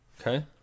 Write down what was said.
Okay